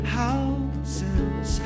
houses